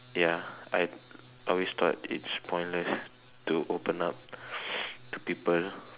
ya I always thought it's pointless to open up to people